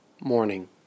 morning